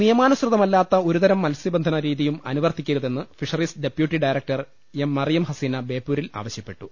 നിയമാനുസൃതമല്ലാത്ത ഒരു തരം മത്സൃബന്ധന രീതിയും അനുവർത്തിക്കരുതെന്ന് fisheries deputy director M Mariyam Haseena ബേപ്പൂരിൽ ആവശ്യപ്പെട്ടു